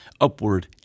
upward